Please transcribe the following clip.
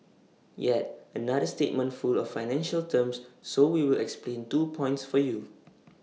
yet another statement full of financial terms so we will explain two points for you